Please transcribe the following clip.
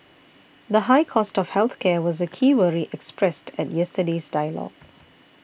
the high cost of health care was a key worry expressed at yesterday's dialogue